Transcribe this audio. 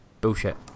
bullshit